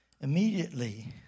Immediately